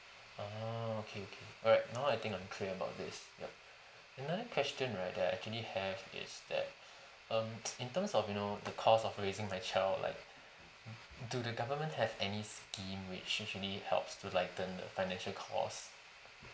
ah okay okay alright now I think I'm clear about this yup another question right that I actually have is that um in terms of you know the cost of raising my child like do the government has any scheme which actually helps to lighten the financial cost